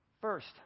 First